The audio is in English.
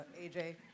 AJ